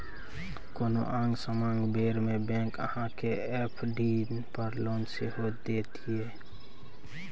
कोनो आंग समांग बेर मे बैंक अहाँ केँ एफ.डी पर लोन सेहो दैत यै